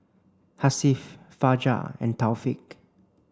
Hasif Fajar and Taufik